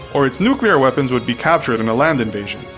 or its nuclear weapons would be captured in a land invasion.